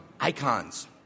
icons